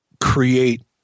create